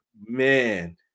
Man